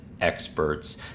experts